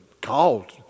called